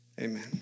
amen